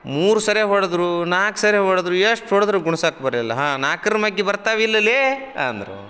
ಮೂರು ಸರ್ತಿ ಹೊಡೆದ್ರು ನಾಲ್ಕು ನರ್ತಿ ಹೊಡೆದ್ರು ಎಷ್ಟು ಹೊಡೆದರೂ ಗುಣ್ಸಕ್ಕೆ ಬರಲಿಲ್ಲ ಹಾಂ ನಾಲ್ಕರ ಮಗ್ಗಿ ಬರ್ತವಿಲ್ಲಲೇ ಅಂದರು